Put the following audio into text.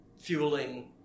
fueling